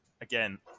again